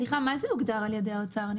סליחה, מה זה הוגדר על ידי האוצר?